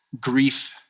grief